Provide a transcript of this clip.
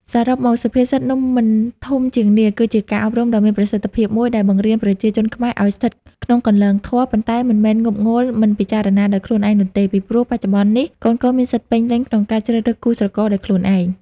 សរុបមក សុភាសិត នំមិនធំជាងនាឡិ គឺជាការអប់រំដ៏មានប្រសិទ្ធភាពមួយ ដែលបង្រៀនប្រជាជនខ្មែរឲ្យស្ថិតក្នុងគន្លងធម៌ ប៉ុន្តែមិនមែនងប់ងល់មិនពិចារណាដោយខ្លួនឯងនោះទេ ពីព្រោះបច្ចុប្បន្ននេះកូនៗមានសិទ្ធិពេញលេញក្នុងការជ្រើសរើសគូស្រករដោយខ្លួនឯង។